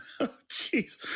Jeez